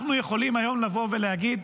אנחנו יכולים היום לבוא ולהגיד: